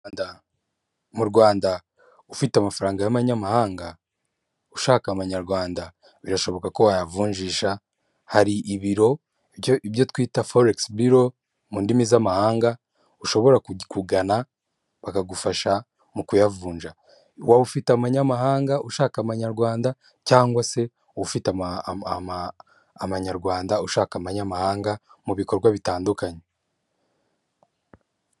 Mu Rwanda, ufite amafaranga y'amanyamahanga, ushaka amanyarwanda, birashoboka ko wayavunjisha. Hari ibiro, ibyo twita foregisi biro mu ndimi z'amahanga, ushobora kugana bakagufasha mu kuyavunja. Waba ufite amanyamahanga, ushaka amanyarwanda cyangwa se ufite amanyarwanda, ushaka amanyamahanga mu bikorwa bitandukanye.